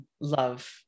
love